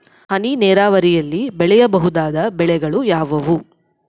ಹನಿ ನೇರಾವರಿಯಲ್ಲಿ ಬೆಳೆಯಬಹುದಾದ ಬೆಳೆಗಳು ಯಾವುವು?